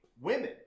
Women